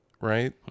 right